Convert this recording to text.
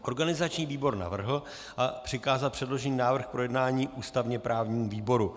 Organizační výbor navrhl přikázat předložený návrh k projednání ústavněprávnímu výboru.